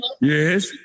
yes